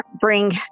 bring